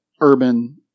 urban